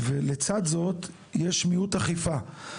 ולצד זאת יש מיעוט אכיפה.